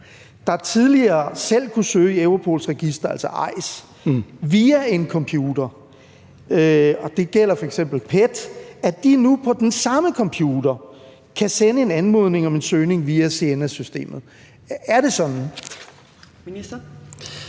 der tidligere selv kunne søge i Europols registre, altså EIS, via en computer – det gælder f.eks. PET – nu på den samme computer kan sende en anmodning om en søgning via SIENA-systemet? Er det sådan? Kl.